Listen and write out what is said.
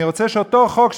אני רוצה שאותו חוק,